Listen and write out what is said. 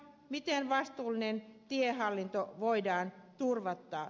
miten vastuullinen tiehallinto voidaan turvata